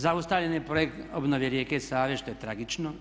Zaustavljen je projekt obnove Rijeke Save što je tragično.